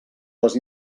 les